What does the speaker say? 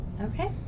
Okay